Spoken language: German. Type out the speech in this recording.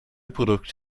produkt